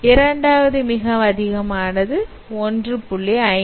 இரண்டாவது மிக அதிகமானது 1